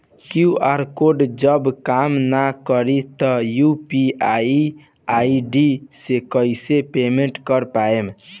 QR code जब काम ना करी त यू.पी.आई आई.डी से कइसे पेमेंट कर पाएम?